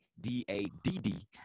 D-A-D-D